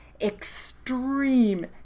extreme